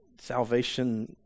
salvation